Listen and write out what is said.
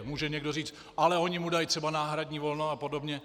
Může někdo říct: Ale oni mu dají třeba náhradní volno apod.